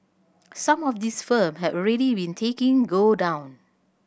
some of these firm have already been taking go down